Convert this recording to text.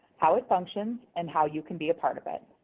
how it functions, and how you can be a part of it.